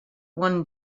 one